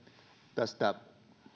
tästä